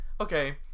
okay